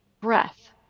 breath